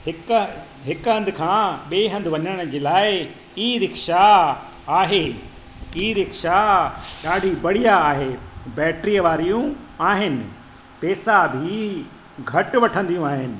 हिकु हिकु हंध खां ॿिए हंधु वञण जे लाइ ई रिक्शा आहे ई रिक्शा ॾाढी बढ़िया आहे बैट्रीअ वारियूं आहिनि पैसा बि घटि वठंदियूं आहिनि